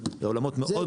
זה עולמות מאוד מורכבים.